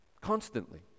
constantly